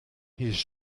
his